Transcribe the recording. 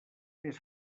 més